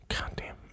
Goddamn